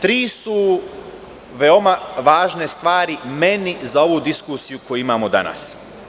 Tri su veoma važne stvari meni za ovu diskusiju koju imamo danas.